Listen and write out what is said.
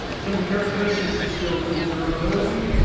some of the characteristics of steel include durability,